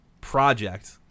project